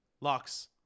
locks